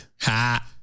Ha